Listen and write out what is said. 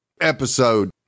episode